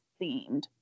themed